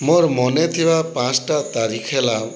ମୋର ମନେଥିବା ପାଞ୍ଚଟା ତାରିଖ ହେଲା